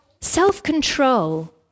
Self-control